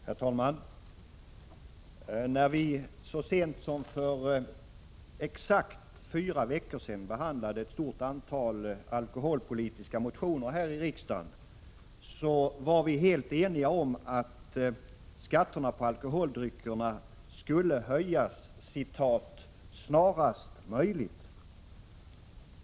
Herr talman! När vi så sent som för exakt fyra veckor sedan behandlade ett stort antal alkoholpolitiska motioner här i riksdagen, var vi helt eniga om att skatterna på alkoholdrycker skulle höjas ”snarast möjligt”.